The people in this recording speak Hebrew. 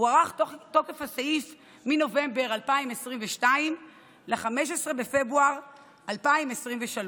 הוארך תוקף הסעיף מנובמבר 2022 ל-15 בפברואר 2023,